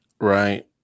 Right